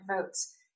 votes